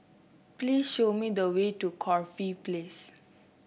please show me the way to Corfe Place